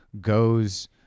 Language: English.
goes